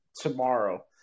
tomorrow